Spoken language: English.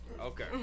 Okay